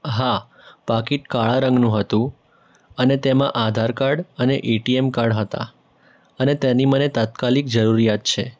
હા પાકિટ કાળા રંગનું હતું અને તેમાં આધાર કાર્ડ અને એટીએમ કાર્ડ હતા અને તેની મને તાત્કાલિક જરુરિયાત છે